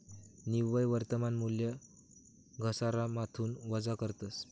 निव्वय वर्तमान मूल्य घसारामाथून वजा करतस